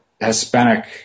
Hispanic